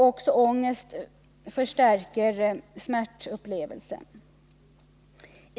Också ångest förstärker smärtupplevelsen.